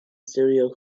studio